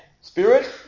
Spirit